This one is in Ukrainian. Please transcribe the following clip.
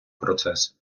процес